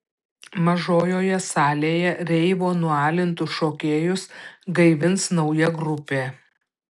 mažojoje salėje reivo nualintus šokėjus gaivins nauja grupė